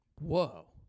whoa